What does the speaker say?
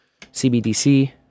CBDC